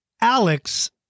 Alex